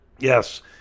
yes